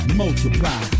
multiply